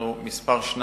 אנחנו מספר שתיים,